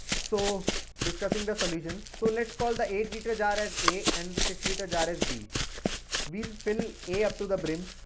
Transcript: so discussing the solution. so let's call the eight litre jar as a and the six litre jar as b. we will fill a upto the brim.